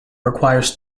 requires